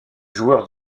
joueur